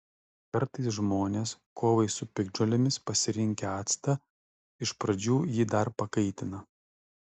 kartais žmonės kovai su piktžolėmis pasirinkę actą iš pradžių jį dar pakaitina